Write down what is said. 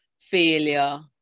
failure